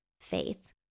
faith